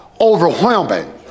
overwhelming